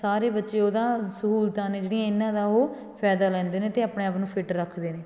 ਸਾਰੇ ਬੱਚੇ ਉਹਦਾ ਸਹੂਲਤਾਂ ਨੇ ਜਿਹੜੀਆਂ ਇਹਨਾਂ ਦਾ ਉਹ ਫਾਇਦਾ ਲੈਂਦੇ ਨੇ ਅਤੇ ਆਪਣੇ ਆਪ ਨੂੰ ਫਿਟ ਰੱਖਦੇ ਨੇ